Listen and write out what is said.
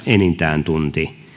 enintään tunti